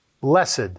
Blessed